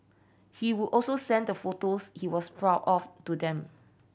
he would also send the photos he was proud of to them